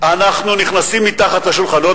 אנחנו נכנסים מתחת לשולחנות.